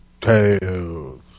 tales